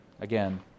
again